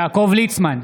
יעקב ליצמן,